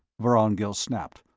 vorongil snapped,